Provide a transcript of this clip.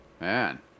Man